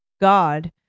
god